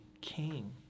King